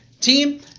Team